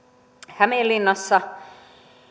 hämeenlinnassa